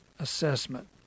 Assessment